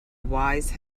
wise